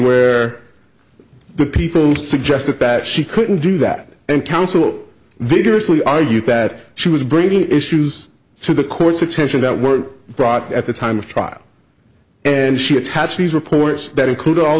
where the people suggested back she couldn't do that and counsel vigorously are you that she was bringing issues to the court's attention that were brought up at the time of trial and she attached these reports that include all